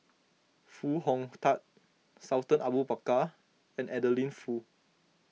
Foo Hong Tatt Sultan Abu Bakar and Adeline Foo